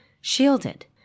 shielded